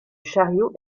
chariot